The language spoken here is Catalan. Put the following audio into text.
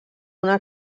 una